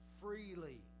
freely